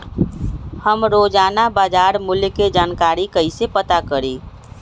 हम रोजाना बाजार मूल्य के जानकारी कईसे पता करी?